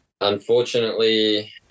unfortunately